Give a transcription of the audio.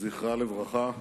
זכרה לברכה,